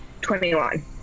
Twenty-one